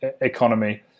economy